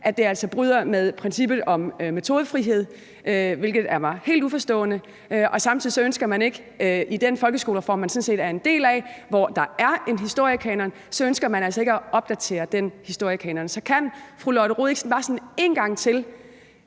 at det bryder med princippet om metodefrihed, hvilket er mig helt uforståeligt, og samtidig ønsker man ikke i den folkeskolereform, man sådan set er en del af, og hvor der er en historiekanon, at opdatere den historiekanon. Så kan fru Lotte Rod ikke bare en gang til